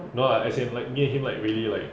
no lah as in like me and him like really like